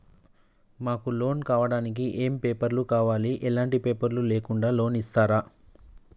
మాకు లోన్ కావడానికి ఏమేం పేపర్లు కావాలి ఎలాంటి పేపర్లు లేకుండా లోన్ ఇస్తరా?